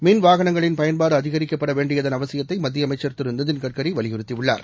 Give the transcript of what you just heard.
மின் வாகனங்களின் பயன்பாடுஅதிகரிக்கப்படவேண்டியதன் அவசியத்தைமத்தியஅமைச்சர் திரு நிதின் கட்கரிவலியுறுத்தியுள்ளார்